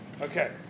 Okay